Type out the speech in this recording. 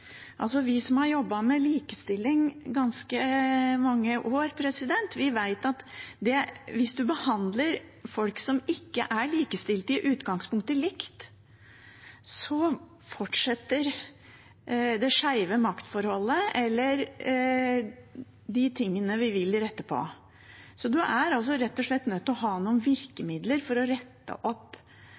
Vi som har jobbet med likestilling i ganske mange år, vet at hvis man behandler folk som ikke er likestilt i utgangspunktet, likt, fortsetter det skjeve maktforholdet eller de tingene vi vil rette på. Man er rett og slett nødt til å ha noen virkemidler for å rette opp